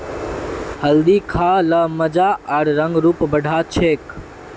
हल्दी खा ल मजा आर रंग रूप बढ़ा छेक